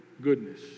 goodness